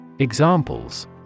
Examples